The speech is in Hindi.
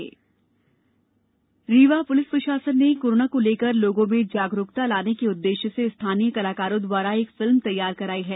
film corona Rewa Rewa police प्रशासन ने कोरोना को लेकर लोगों में जागरुकता लाने के उद्देश्य से स्थानीय कलाकारों द्वारा एक फिल्म तैयार कराई है